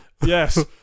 yes